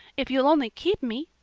if you'll only keep me,